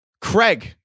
Craig